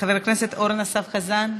חבר הכנסת אורן אסף חזן,